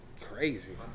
crazy